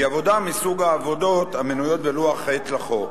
היא עבודה מסוג העבודות המנויות בלוח ח' לחוק.